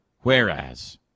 whereas